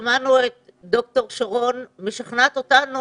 שמענו את דוקטור שרון אלרעי משכנעת אותנו